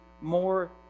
more